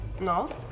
No